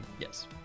Yes